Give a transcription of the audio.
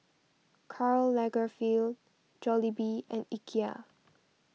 Karl Lagerfeld Jollibee and Ikea